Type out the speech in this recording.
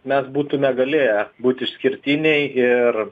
mes būtūme galėję būt išskirtiniai ir